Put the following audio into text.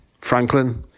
Franklin